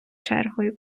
чергою